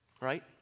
right